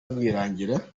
rwirangira